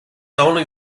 only